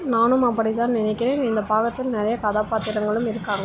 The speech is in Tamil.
நானும் அப்படிதான் நினைக்கிறேன் இந்த பாகத்தில் நிறைய கதாபாத்திரங்களும் இருக்காங்க